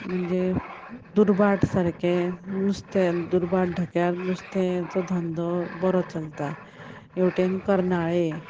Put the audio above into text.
म्हणजे दुर्भाट सारकें नुस्तें दुर्भाट धक्यार नुस्त्याचो धंदो बोरो चलता हेवटेन कर्नाळें